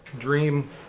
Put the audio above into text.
Dream